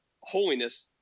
holiness